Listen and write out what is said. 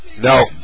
No